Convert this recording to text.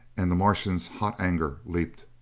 and the martian's hot anger leaped.